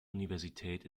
universität